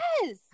yes